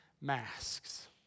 masks